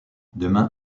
demain